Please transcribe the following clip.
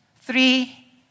three